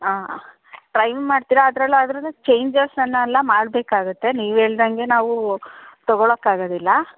ಹಾಂ ಟ್ರೈ ಮಾಡ್ತೀರಾ ಅದ್ರಲ್ಲಿ ಆದ್ರೂ ಚೇಂಜಸನ್ನೆಲ್ಲ ಮಾಡಬೇಕಾಗತ್ತೆ ನೀವು ಹೇಳ್ದಂಗೆ ನಾವು ತಗೊಳಕ್ಕೆ ಆಗೋದಿಲ್ಲ